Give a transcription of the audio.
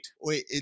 Wait